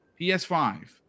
PS5